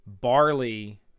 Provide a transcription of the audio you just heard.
barley